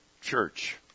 church